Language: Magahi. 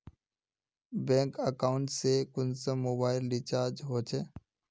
बैंक अकाउंट से कुंसम मोबाईल रिचार्ज होचे?